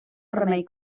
remei